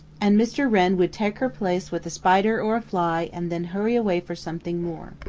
and mr. wren would take her place with a spider or a fly and then hurry away for something more.